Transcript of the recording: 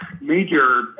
major